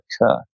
occur